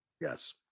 Yes